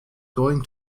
going